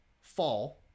fall